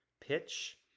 pitch